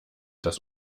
das